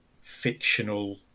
fictional